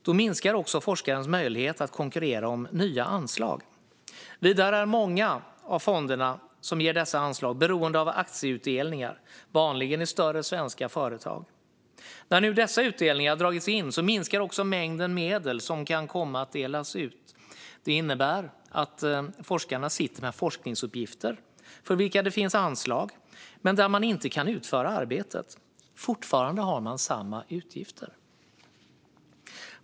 Då minskar också forskarens möjlighet att konkurrera om nya anslag. Vidare är många av de fonder som ger dessa anslag beroende av aktieutdelningar, vanligen i större svenska företag. När nu dessa utdelningar dragits in minskar också mängden medel som kan komma att delas ut. Det innebär att forskarna sitter med forskningsuppgifter som det finns anslag för men där man inte kan utföra arbetet. Men man har fortfarande samma utgifter.